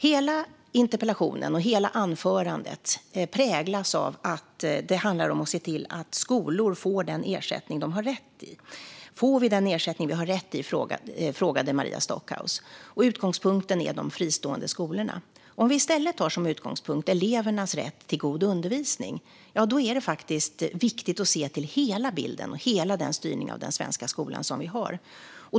Hela interpellationen och anförandet präglas av att det handlar om att se till att skolor får den ersättning de har rätt till. Får vi den ersättning vi har rätt till? frågade Maria Stockhaus. Utgångspunkten är då de fristående skolorna. Om vi i stället tar elevernas rätt till god undervisning som utgångspunkt är det viktigt att se till hela bilden och hela den styrning av den svenska skolan som vi har.